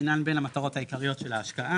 אינן בין המטרות העיקריות של ההשקעה,